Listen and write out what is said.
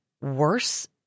worse